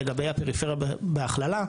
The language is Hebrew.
לגבי הפריפריה בהכללה,